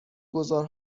گذار